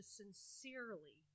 sincerely